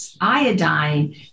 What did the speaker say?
iodine